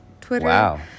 Twitter